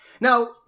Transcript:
now